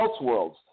Elseworlds